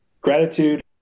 gratitude